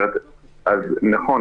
נכון,